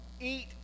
eat